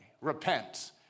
repent